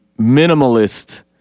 minimalist